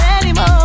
anymore